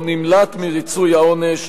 או נמלט מריצוי העונש,